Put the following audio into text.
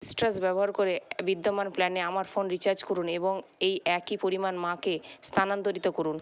citrus ব্যবহার করে বিদ্যমান প্ল্যানে আমার ফোন রিচার্জ করুন এবং এই একই পরিমাণ মাকে স্থানান্তরিত করুন